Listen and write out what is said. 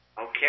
Okay